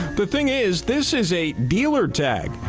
the thing is, this is a dealer tag.